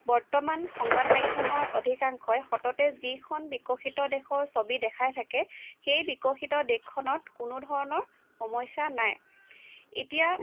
বৰ্তমান সংবাদ মাধ্যমৰ অধিকাংশই সততে যিখন বিকশিত দেশৰ ছবি দেখাই থাকে সেই বিকশিত দেশখনত কোনো ধৰণৰ সমস্যা নাই এতিয়া